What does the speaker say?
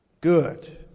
good